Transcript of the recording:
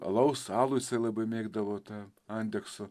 alaus alų jisai labai mėgdavo tą andekso